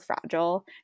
fragile